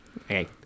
Okay